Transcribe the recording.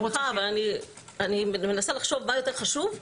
אני מנסה לחשוב מה יותר חשוב.